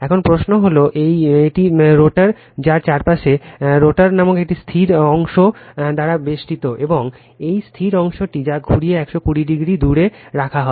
এখন প্রশ্ন হল এটি একটি রটার যার চারপাশে রটার নামক একটি স্থির অংশ দ্বারা বেষ্টিত এবং এই স্থির অংশটি যা ঘুরিয়ে 120o দূরে রাখা হয়